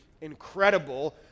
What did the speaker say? incredible